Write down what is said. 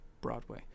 Broadway